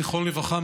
זכרו לברכה,